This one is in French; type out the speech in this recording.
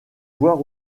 voir